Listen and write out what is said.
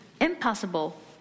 impossible